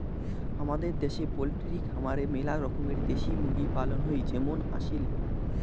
হামাদের দ্যাশে পোলট্রি খামারে মেলা রকমের দেশি মুরগি পালন হই যেমন আসিল